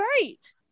great